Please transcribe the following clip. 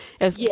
Yes